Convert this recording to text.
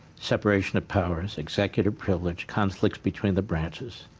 separation of powers, executive privilege, conflict between the branches,